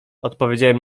odpowiedziałem